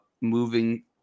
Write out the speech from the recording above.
moving